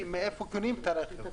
מאיפה קונים את הרכב?